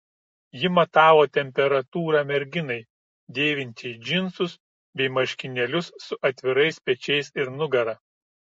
ji matavo temperatūrą merginai dėvinčiai džinsus bei marškinėlius su atvirais pečiais ir nugara